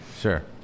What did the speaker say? sure